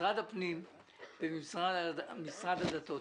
משרד הפנים ומשרד הדתות.